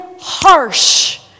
harsh